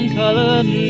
colored